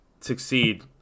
succeed